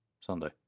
Sunday